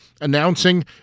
announcing